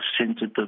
sensitive